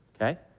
okay